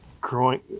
growing